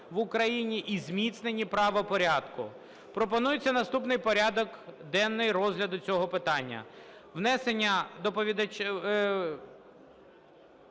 в Україні і зміцнення правопорядку. Пропонується наступний порядок денний розгляду цього питання.